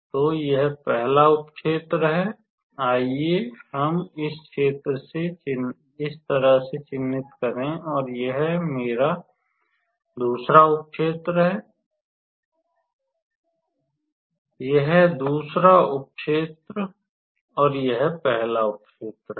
तो यह पहला उप क्षेत्र है आइए हम इस तरह से चिन्हित करें और यह मेरा दूसरा उप क्षेत्र है यह दूसरा उप क्षेत्र है और यह पहला उप क्षेत्र है